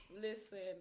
Listen